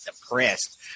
depressed